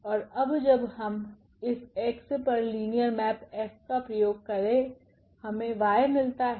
और अब जब हम इस x पर लिनियर मेप F का प्रयोग करें हमे y मिलता है